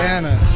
Anna